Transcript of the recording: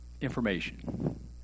information